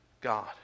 God